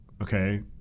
Okay